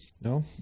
No